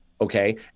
okay